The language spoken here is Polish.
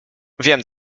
wiem